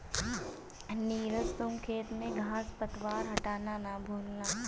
नीरज तुम खेत में घांस पतवार हटाना ना भूलना